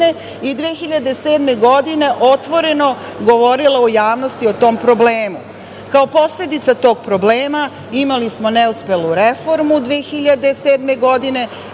i 2007. godine otvoreno govorila u javnosti o tom problemu. Kao posledica tog problema imali smo neuspelu reformu 2007. godine.